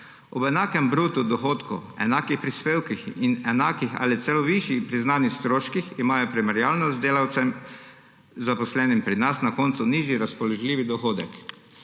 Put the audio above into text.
Ob enakem bruto dohodku, enakih prispevkih in enakih ali celo višjih priznanih stroških imajo primerjalno z delavcem, zaposlenim pri nas, na koncu nižji razpoložljivi dohodek.